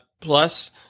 Plus